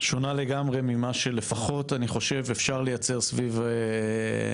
שונה לגמרי ממה שלפחות אני חושב אפשר לייצר סביב התנועה